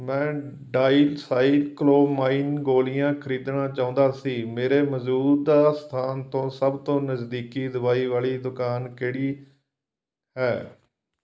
ਮੈਂ ਡਾਇਸਾਈਕਲੋਮਾਈਨ ਗੋਲੀਆਂ ਖਰੀਦਣਾ ਚਾਹੁੰਦਾ ਸੀ ਮੇਰੇ ਮੌਜੂਦਾ ਸਥਾਨ ਤੋਂ ਸਭ ਤੋਂ ਨਜ਼ਦੀਕੀ ਦਵਾਈ ਵਾਲੀ ਦੁਕਾਨ ਕਿਹੜੀ ਹੈ